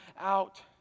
out